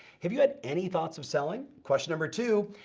have you had any thoughts of selling? question number two,